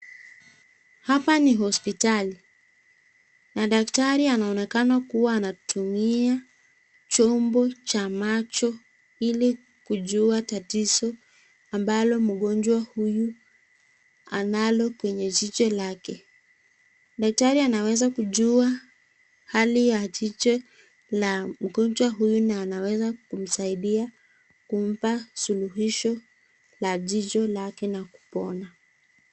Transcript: Hapa ni hospitali madaktari wanaonekana kuwa anatumia chombo cha macho ili kujua tatizo ambalo mgonjwa huyu analo kwenye jicho lake daktari anaweza kujua hali ya jicho la mgonjwa huyu na anaweza kumsaidia kumpa suluhisho LA jicho lake na kupona.